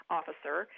officer